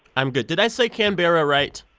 i'm good. did i say canberra right?